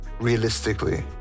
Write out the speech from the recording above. realistically